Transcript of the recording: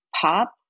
pop